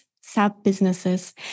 sub-businesses